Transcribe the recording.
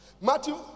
Matthew